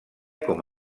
com